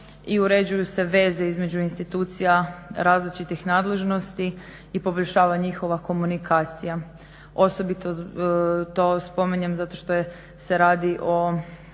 i uređuju se veze između institucija različitih nadležnosti i poboljšava njihova komunikacija. Osobito to spominjem zato što je se radi o